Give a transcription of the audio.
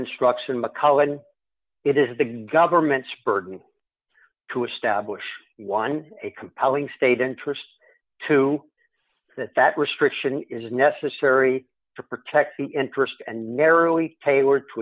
instruction mcmullen it is the government's burden to establish one a compelling state interest to that that restriction is necessary to protect the interest and narrowly tailored to